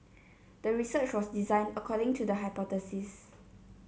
the research was designed according to the hypothesis